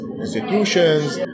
institutions